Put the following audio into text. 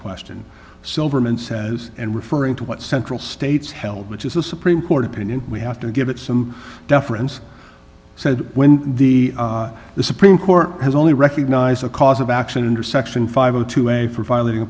question silverman says and referring to what central states held which is a supreme court opinion we have to give it some deference said when the the supreme court has only recognize a cause of action and or section five zero two a for violating a